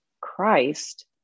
Christ